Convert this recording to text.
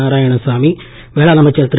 நாராயணசாமி வேளாண் அமைச்சர் திரு